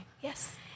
Yes